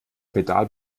pedal